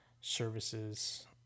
services